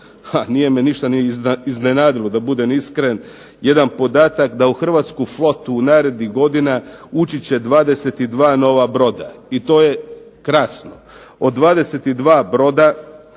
nije me ništa ni iznenadilo da budem iskren, jedan podatak da u Hrvatsku flotu u narednih godina ući će 22 nova broda i to je krasno. Od 22 broda